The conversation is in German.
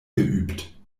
geübt